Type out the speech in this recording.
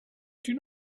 you